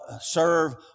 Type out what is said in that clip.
serve